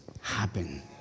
happen